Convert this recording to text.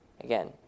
Again